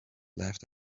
laughed